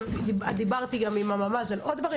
גם דיברתי עם הממ"ז על עוד דברים,